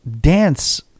dance